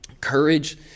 courage